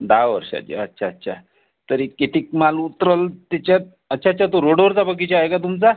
दहा वर्षांची आहेत अच्छा अच्छा तरी कितीक माल उतरेल तिच्यात अच्छा अच्छा तो रोडवरचा बगीचा आहे का तुमचा